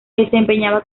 desempeñaba